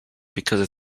because